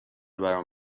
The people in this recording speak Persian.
برام